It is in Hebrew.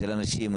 של אנשים.